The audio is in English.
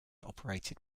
operated